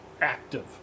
active